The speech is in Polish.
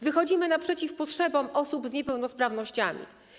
Wychodzimy naprzeciw potrzebom osób z niepełnosprawnościami.